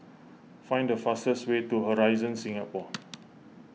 find the fastest way to Horizon Singapore